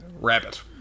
Rabbit